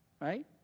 Right